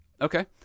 Okay